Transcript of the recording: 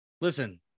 Listen